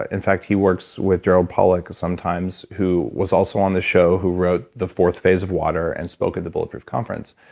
in fact, he works with gerald pollack sometimes who was also on the show, who wrote the fourth phase of water and spoke at the bulletproof conference